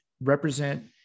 represent